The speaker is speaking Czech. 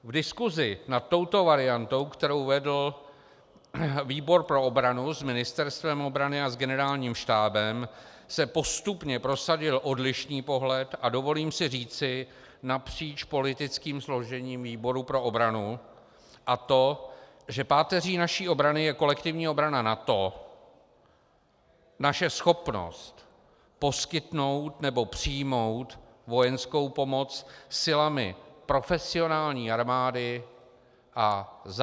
V diskusi nad touto variantou, kterou vedl výbor pro obranu s Ministerstvem obrany a s Generálním štábem, se postupně prosadil odlišný pohled, a dovolím si říci napříč politickým složením výboru pro obranu, a to, že páteří naší obrany je kolektivní obrana NATO, naše schopnost poskytnout nebo přijmout vojenskou pomoc silami profesionální armády a záloh.